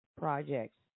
projects